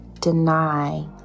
deny